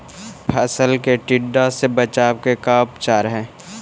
फ़सल के टिड्डा से बचाव के का उपचार है?